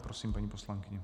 Prosím, paní poslankyně.